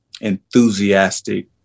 enthusiastic